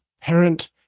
parent